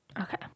Okay